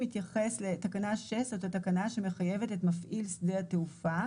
מתייחס לתקנה 6. זאת התקנה שמחייבת את מפעיל שדה התעופה,